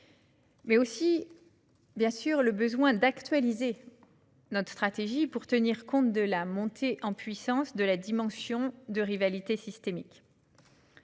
peut aussi en retenir le besoin d'actualiser notre stratégie, afin de tenir compte de la montée en puissance de la dimension de rivalité systémique.